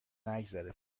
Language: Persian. نگذره